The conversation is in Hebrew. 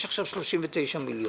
יש עכשיו 39 מיליון.